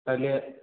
তাহলে